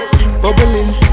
Bubbling